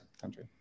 country